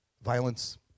violence